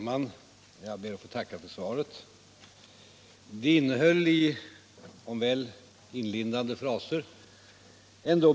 Herr talman!